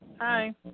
Hi